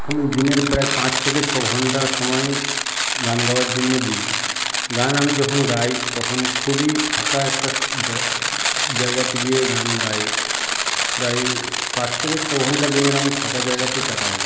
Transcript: আমি দিনের প্রায় পাঁচ থেকে ছ ঘন্টা সময়ই গান গাওয়ার জন্য দিই গান আমি যখন গাই তখন খুবই ফাঁকা একটা জা জায়গাতে গিয়ে গান গাই প্রায় পাঁচ থেকে ছ ঘন্টা দিনের আমি ফাঁকা জায়গাতেই কাটাই